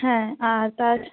হ্যাঁ আ তার